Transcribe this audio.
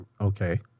Okay